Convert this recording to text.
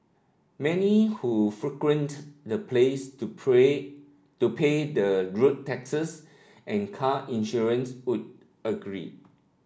many who the place to pray to pay their rude taxes and car insurance would agree